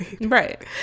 right